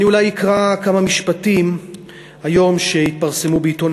אני אקרא כמה משפטים שהתפרסמו בעיתון